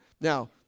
Now